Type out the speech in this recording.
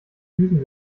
düsen